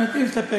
לא לא.